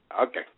Okay